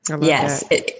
Yes